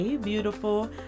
Beautiful